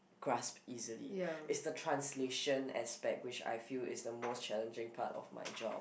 grasp easily it's the translation aspect which I feel is the most challenging part of my job